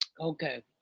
Okay